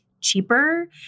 cheaper